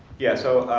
yeah, so